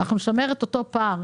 אנחנו נשמר את אותו פער.